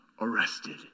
arrested